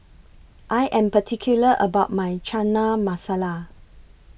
I Am particular about My Chana Masala